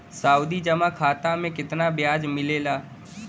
सावधि जमा खाता मे कितना ब्याज मिले ला?